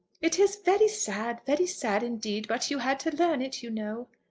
it is very sad very sad indeed but you had to learn it, you know.